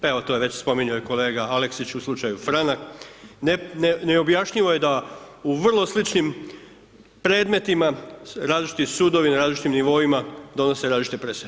Evo to je već spominjao kolega Aleksić u slučaju Franak, neobjašnjivo je da u vrlo sličnim predmetima različiti sudovi na različitim nivoima donose različite presude.